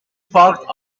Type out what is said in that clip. parked